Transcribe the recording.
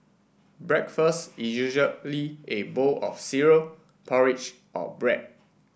breakfast is usually a bowl of cereal porridge or bread